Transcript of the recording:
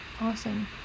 Awesome